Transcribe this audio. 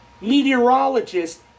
meteorologist